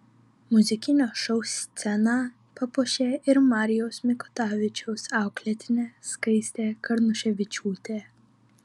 muzikinio šou sceną papuošė ir marijaus mikutavičiaus auklėtinė skaistė karnuševičiūtė